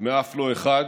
מאף אחד.